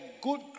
good